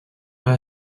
pas